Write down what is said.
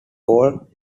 called